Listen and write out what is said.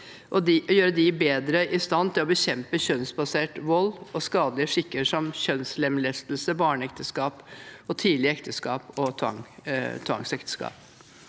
helse – bedre i stand til å bekjempe kjønnsbasert vold og skadelige skikker som kjønnslemlestelse, barneekteskap, tidlig ekteskap og tvangsekteskap.